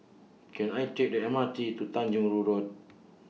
Can I Take The M R T to Tanyong Rhu Road